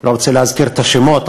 לא רוצה להזכיר את השמות,